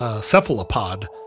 cephalopod